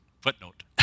footnote